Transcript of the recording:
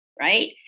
right